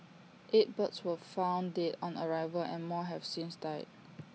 eight birds were found dead on arrival and more have since died